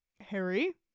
Harry